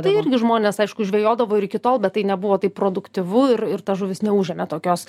tai irgi žmonės aišku žvejodavo ir iki tol bet tai nebuvo taip produktyvu ir ir ta žuvis neužėmė tokios